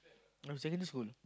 I'm saying this would